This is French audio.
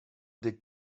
des